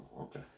okay